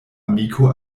amiko